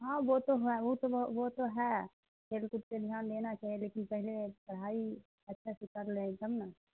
ہاں وہ تو ہے وہ تو وہ تو ہے کھیل کود پہ دھیان دینا چاہیے لیکن پہلے پڑھائی اچھا سے کر لیں گے تب نا